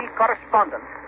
correspondent